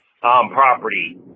property